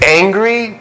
angry